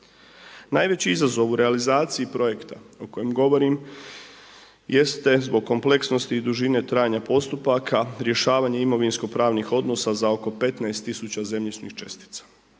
Najveći izazov u realizaciji projekta o kojem govorim jeste zbog kompleksnosti i dužine trajanja postupaka, rješavanje imovinsko pravnih odnosa za oko 15 tisuća zemljišnih čestica.